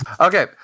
okay